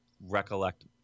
recollect